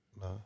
No